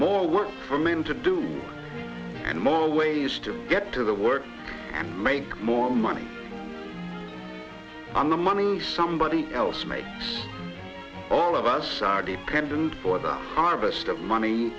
more work for men to do and more ways to get to the work make more money on the money somebody else makes all of us are dependent for the harvest of money